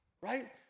Right